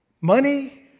money